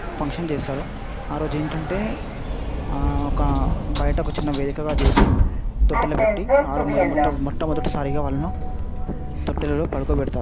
function చేస్తారు ఆరోజు ఏంటంటే ఒక బయట ఒక చిన్న వేడుకలా చేసి తొట్టెలో పెట్టి ఆరంభ మొట్ట మొదటి సారిగా వాళ్ళను తొట్టెలలో పడుకోబెడతారు